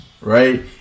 Right